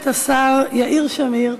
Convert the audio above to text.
השר יאיר שמיר,